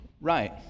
right